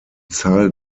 zahl